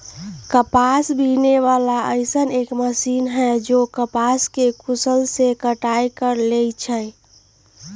कपास बीने वाला अइसन एक मशीन है जे कपास के कुशलता से कटाई कर लेई छई